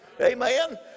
Amen